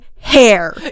hair